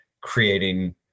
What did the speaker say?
creating